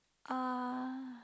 uh